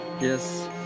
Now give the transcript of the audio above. yes